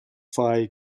phi